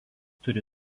turi